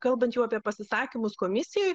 kalbant jau apie pasisakymus komisijoj